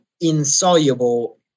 insoluble